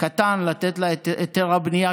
קטן לתת לה את היתר הבנייה,